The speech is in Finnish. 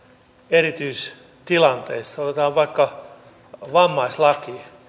erityistilanteessa otetaan vaikka vammaislaki esimerkiksi meillä on